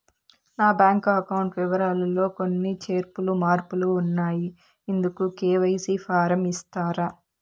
నా bank account వివరాలు లో కొన్ని చేర్పులు మార్పులు ఉన్నాయి, ఇందుకు కె.వై.సి ఫారం ఇస్తారా?